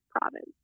province